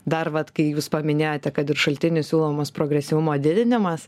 dar vat kai jūs paminėjote kad ir šaltinis siūlomas progresyvumo didinimas